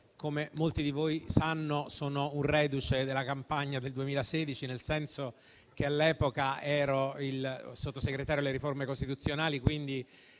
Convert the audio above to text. come molti di voi sanno, sono un reduce della campagna del 2016, nel senso che all'epoca ero il Sottosegretario per le riforme costituzionali; quelle